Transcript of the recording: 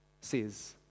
says